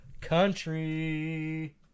country